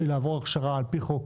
היא לעבור הכשרה על פי חוק